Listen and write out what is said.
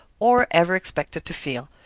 or ever expected to feel.